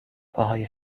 پاهای